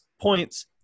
points